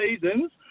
seasons